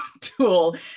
tool